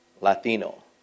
Latino